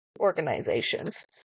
organizations